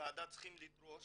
בוועדה צריכים לדרוש